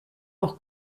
auch